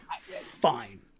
fine